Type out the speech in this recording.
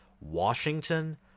Washington